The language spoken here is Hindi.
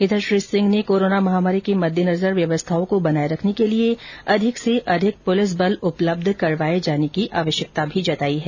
इधर श्री सिंह ने कोरोना महामारी के मद्देनजर व्यवस्थाओं को बनाए रखने के लिए अधिक से अधिक पुलिस बल उपलब्ध करवाए जाने की आवश्यकता जतायी है